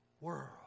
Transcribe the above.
world